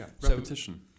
Repetition